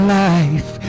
life